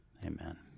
amen